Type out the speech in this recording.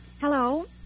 Hello